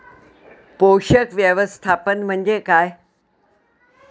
पोषक व्यवस्थापन म्हणजे काय?